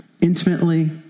intimately